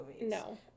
No